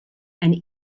and